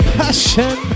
passion